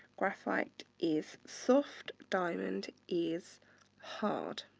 graphite is soft, diamond is hard.